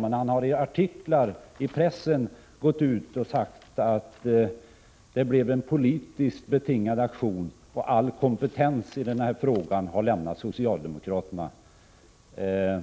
men han har i stället i artiklar i pressen sagt att det är fråga om en politiskt betingad aktion och att socialdemokraterna inte visat prov på någon som helst kompetens i denna fråga.